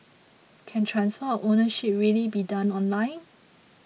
can transfer of ownership really be done online